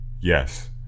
Yes